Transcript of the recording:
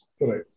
Right